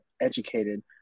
educated